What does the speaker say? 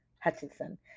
Hutchinson